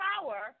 power